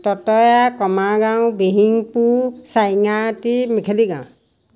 ততয়া কমাগাঁও বিহিমপু চাইঙাআটি মেখেলিগাঁও